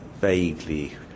vaguely